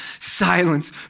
silence